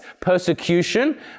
persecution